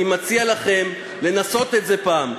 אני מציע לכם לנסות את זה פעם.